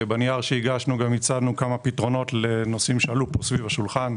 בנייר שהגשנו גם הצענו כמה פתרונות לנושאים שעלו פה סביב השולחן,